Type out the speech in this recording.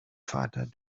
vater